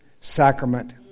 sacrament